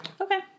okay